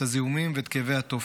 את הזיהומים ואת כאבי התופת.